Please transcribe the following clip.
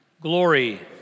Glory